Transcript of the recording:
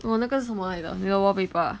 oh 那个是什么来的那个 wallpaper ah